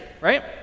right